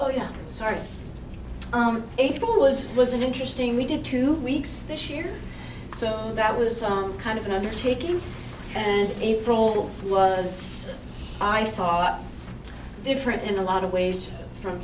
oh yeah sorry april was was an interesting we did two weeks this year so that was kind of another taking and april was i thought different and a lot of ways from